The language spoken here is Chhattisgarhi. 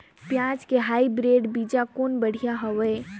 पियाज के हाईब्रिड बीजा कौन बढ़िया हवय?